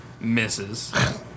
misses